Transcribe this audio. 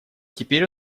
теперь